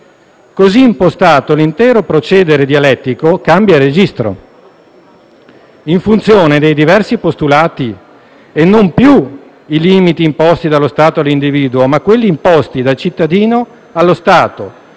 Così impostato, l'intero procedere dialettico cambia registro, in funzione dei diversi postulati: non più i limiti imposti dallo Stato all'individuo, ma quelli imposti dal cittadino allo Stato;